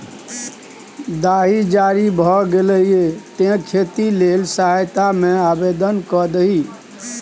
दाही जारी भए गेलौ ये तें खेती लेल सहायता मे आवदेन कए दही